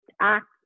act